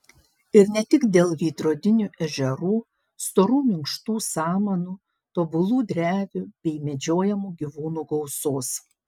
ir ne tik dėl veidrodinių ežerų storų minkštų samanų tobulų drevių bei medžiojamų gyvūnų gausos